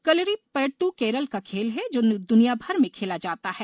कलरी पय्टू केरल का खेल है जो दुनियाभर में खेला जाता है